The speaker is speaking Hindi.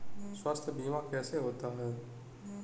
स्वास्थ्य बीमा कैसे होता है?